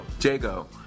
Jago